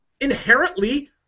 inherently